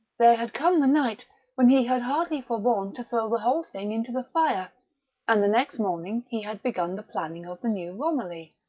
there had come the night when he had hardly forborne to throw the whole thing into the fire and the next morning he had begun the planning of the new romilly.